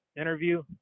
interview